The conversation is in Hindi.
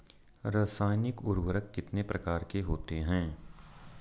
रासायनिक उर्वरक कितने प्रकार के होते हैं?